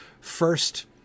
First